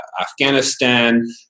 Afghanistan